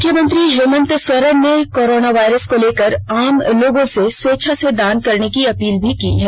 मुख्यमंत्री हेमंत सोरेन ने corona virus को लेकर आम लोगों से स्वेच्छा से दान करने की अपील भी की है